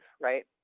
right